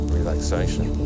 Relaxation